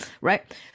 right